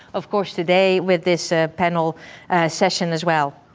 of course, today, with this ah panel session as well.